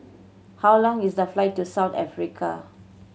how long is the flight to South Africa